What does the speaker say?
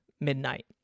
midnight